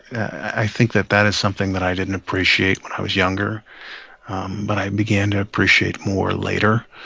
i think that that is something that i didn't appreciate when i was younger but i began to appreciate more later,